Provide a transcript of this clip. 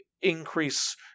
increase